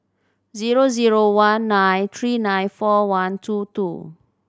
zero zero one nine three nine four one two two